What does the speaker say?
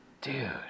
Dude